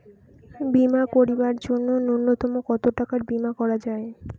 বীমা করিবার জন্য নূন্যতম কতো টাকার বীমা করা যায়?